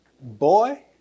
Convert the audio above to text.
Boy